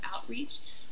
outreach